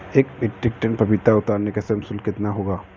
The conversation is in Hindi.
एक मीट्रिक टन पपीता उतारने का श्रम शुल्क कितना होगा?